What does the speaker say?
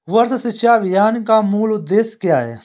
सर्व शिक्षा अभियान का मूल उद्देश्य क्या है?